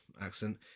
accent